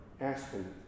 aspen